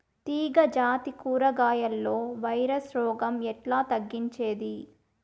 తీగ జాతి కూరగాయల్లో వైరస్ రోగం ఎట్లా తగ్గించేది?